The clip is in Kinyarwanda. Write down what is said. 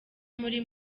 muri